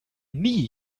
nie